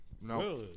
No